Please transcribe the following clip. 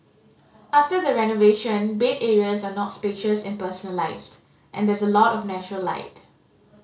after the renovation bed areas are not spacious and personalised and there is a lot of natural light